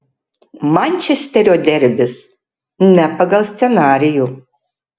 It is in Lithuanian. mančesterio derbis ne pagal scenarijų